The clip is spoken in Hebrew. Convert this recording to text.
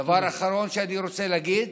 דבר אחרון שאני רוצה להגיד,